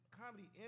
comedy